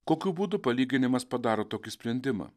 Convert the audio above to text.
kokiu būdu palyginimas padaro tokį sprendimą